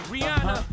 Rihanna